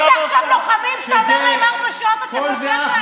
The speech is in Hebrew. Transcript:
גיבית עכשיו לוחמים שאתה אומר להם ארבע שעות אתם בשטח?